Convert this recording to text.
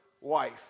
wife